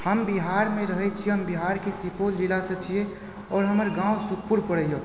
हम बिहारमे रहै छी हम बिहारके सुपौल जिलासँ छियै आओर हमर गाँव सुखपुर पड़ैए